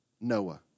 Noah